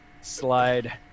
slide